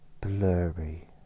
blurry